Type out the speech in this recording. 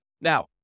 Now